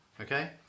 okay